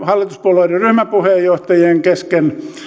hallituspuolueiden ryhmäpuheenjohtajien kesken